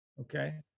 Okay